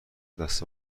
دست